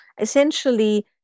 essentially